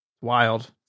Wild